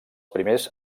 primers